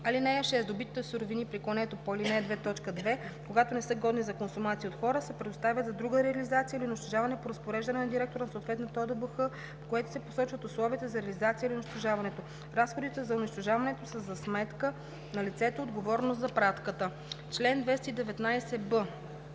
(6) Добитите суровини при клането по ал. 2, т. 2, когато не са годни за консумация от хора, се предоставят за друга реализация или унищожаване по разпореждане на директора на съответната ОДБХ, в което се посочват условията за реализацията или унищожаването. Разходите за унищожаването са за сметка на лицето, отговорно за пратката. Чл. 219б.